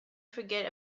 forget